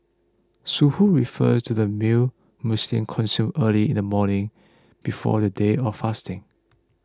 Suhoor refers to the meal Muslims consume early in the morning before the day of fasting